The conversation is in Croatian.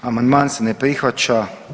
Amandman se ne prihvaća.